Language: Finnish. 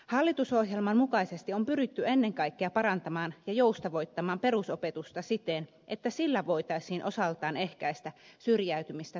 hallitusohjelman mukaisesti on pyritty ennen kaikkea parantamaan ja joustavoittamaan perusopetusta siten että sillä voitaisiin osaltaan ehkäistä syrjäytymistä tulevaisuudessa